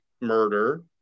murder